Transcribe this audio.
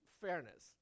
fairness